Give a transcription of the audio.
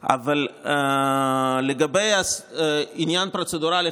אבל לגבי העניין הפרוצדורלי,